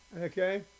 Okay